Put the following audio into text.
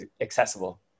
accessible